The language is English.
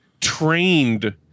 trained